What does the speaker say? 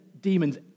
demons